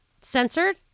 censored